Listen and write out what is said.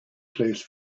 place